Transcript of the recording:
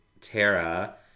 Tara